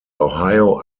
ohio